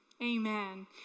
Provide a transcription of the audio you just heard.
Amen